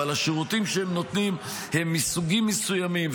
אבל השירותים שהם נותנים הם מסוגים מסוימים,